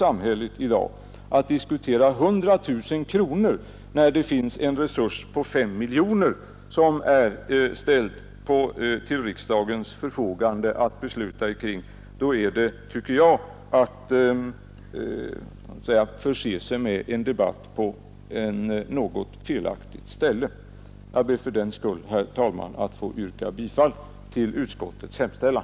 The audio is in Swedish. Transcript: Att nu diskutera 100 000 kronor när riksdagen föreslagits att något senare besluta om en ökning av resurserna med 5 miljoner kronor är att föra debatten vid fel tidpunkt. Jag ber fördenskull, herr talman, att få yrka bifall till utskottets hemställan.